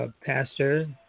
Pastor